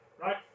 right